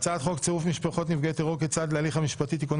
הצעת חוק סיוע למשפחות ברוכות ילדים (תיקוני חקיקה),